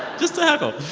just to heckle.